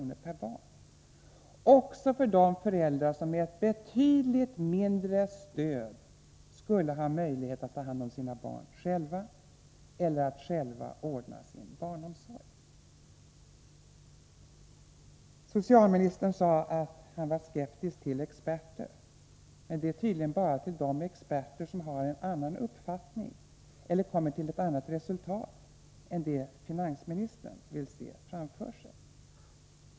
per barn och år också för de föräldrar som med ett betydligt mindre stöd skulle ha möjlighet att ta hand om sina barn själva eller att själva ordna sin barnomsorg. Socialministern sade att han var skeptisk till experter. Men det är tydligen bara till de experter som har en annan uppfattning eller som kommer till ett annat resultat än det som socialministern vill se framför sig.